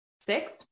six